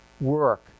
work